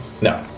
No